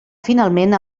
finalment